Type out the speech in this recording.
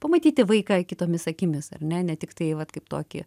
pamatyti vaiką kitomis akimis ar ne ne tiktai vat kaip tokį